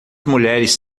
mulheres